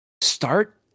start